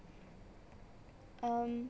um